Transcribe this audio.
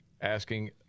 asking